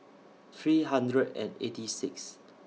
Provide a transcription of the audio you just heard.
three hundred and eight Sixth